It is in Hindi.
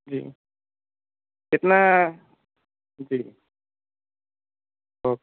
जी कितना जी ओके